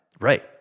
Right